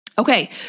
Okay